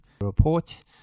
report